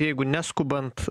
jeigu neskubant